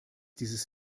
dieses